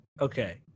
Okay